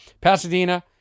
Pasadena